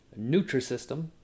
Nutrisystem